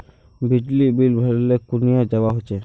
बिजली बिल भरले कुनियाँ जवा होचे?